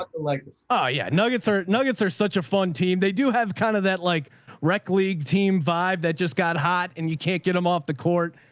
ah like s ah, yeah. nuggets are, nuggets are such a fun team. they do have kind of that like rec league team vibe that just got hot and you can't get them off the court.